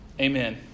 Amen